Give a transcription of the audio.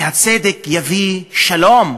והצדק יביא שלום,